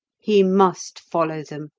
he must follow them,